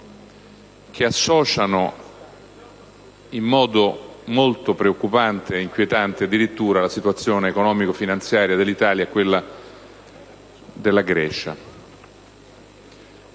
che associano in modo molto preoccupante ed addirittura inquietante la situazione economico-finanziaria dell'Italia a quella della Grecia.